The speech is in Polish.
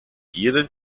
jeden